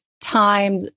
time